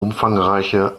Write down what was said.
umfangreiche